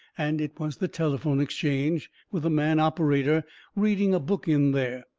and it was the telephone exchange, with a man operator reading a book in there.